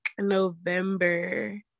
November